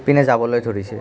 পিনে যাবলৈ ধৰিছে